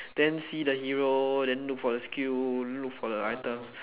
then see the hero then look for the skill look for the item